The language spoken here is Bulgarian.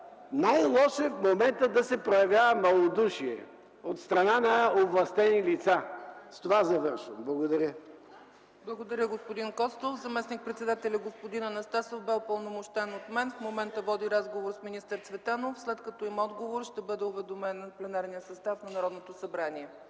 Най-лошо е в момента да се проявява малодушие от страна на овластени лица. С това завършвам. Благодаря. ПРЕДСЕДАТЕЛ ЦЕЦКА ЦАЧЕВА: Благодаря, господин Костов. Заместник-председателят господин Анастасов бе упълномощен от мен и в момента води разговор с министър Цветанов, след като има отговор ще бъде уведомен пленарният състав на Народното събрание.